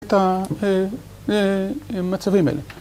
את המצבים האלה.